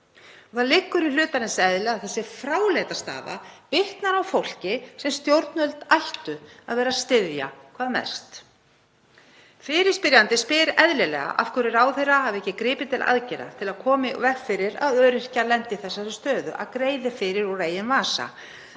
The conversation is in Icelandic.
Það liggur í hlutarins eðli að þessi fráleita staða bitnar á fólki sem stjórnvöld ættu að vera að styðja hvað mest. Fyrirspyrjandi spyr eðlilega af hverju ráðherra hafi ekki gripið til aðgerða til að koma í veg fyrir að öryrkjar lendi í þeirri stöðu að greiða fyrir úr eigin vasa.